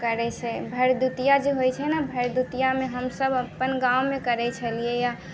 करै छै भरदुतिया जे होइ छै ने भरदुतियामे हम सभ अपन गाँवमे करै छेलिए है